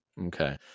okay